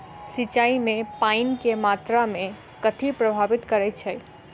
सिंचाई मे पानि केँ मात्रा केँ कथी प्रभावित करैत छै?